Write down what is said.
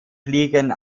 fliegen